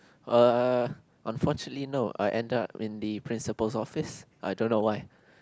err unfortunately no I ended up in the principal's office I don't know why